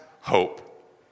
hope